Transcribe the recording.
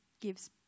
gives